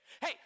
Hey